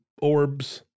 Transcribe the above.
orbs